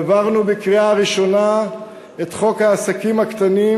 העברנו בקריאה ראשונה את חוק העסקים הקטנים,